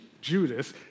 Judas